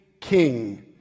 king